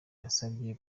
yasabye